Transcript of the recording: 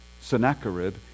Sennacherib